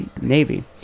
Navy